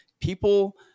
people